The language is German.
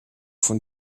von